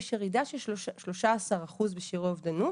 יש ירידה של 13 אחוז בשיעור האובדנות